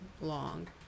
long